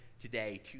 today